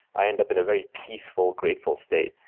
i end up in a very peaceful, grateful state.